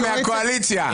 היא מהקואליציה,